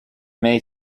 make